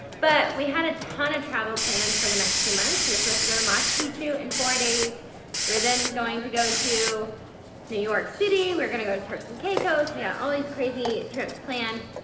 but, we had a ton of travel planned for the next two months. we were supposed to go to machu picchu in four days. we were then going to go to new york city. we're going to go to turks and caicos. we had all these crazy trips planned.